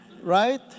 right